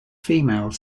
female